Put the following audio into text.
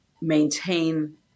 maintain